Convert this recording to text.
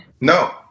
no